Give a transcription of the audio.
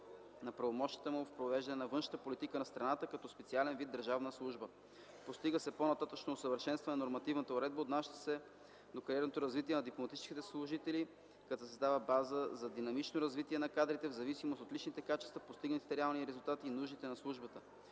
на правомощията му в провеждането на външната политика на страната и като специален вид държавна служба. Постига се по-нататъшно усъвършенстване на нормативната уредба, отнасяща се до кариерното развитие на дипломатическите служители, като се създава база за динамично развитие на кадрите в зависимост от личните качества, постигнатите реални резултати и нуждите на службата.